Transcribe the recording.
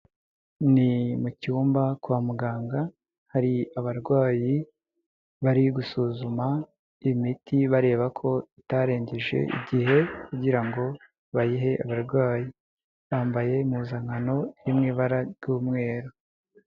Ni mu cyumba kwa muganga hari abarwayi bari gusuzuma imiti bareba ko itarengeje igihe kugira ngo bayihe abarwayi bambaye impuzankano mu ibara ry'umweru.